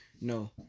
no